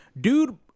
Dude